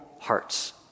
hearts